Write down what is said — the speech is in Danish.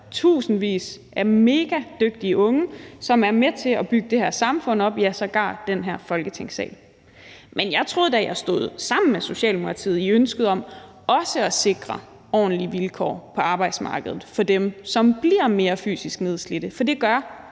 tusindvis af megadygtige unge, som er med til at bygge det her samfund op, ja, sågar den her Folketingssal. Men jeg troede da, at jeg stod sammen med Socialdemokratiet i ønsket om også at sikre ordentlige vilkår på arbejdsmarkedet for dem, som bliver mere fysisk nedslidte. For det gør